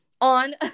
on